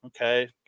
okay